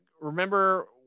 remember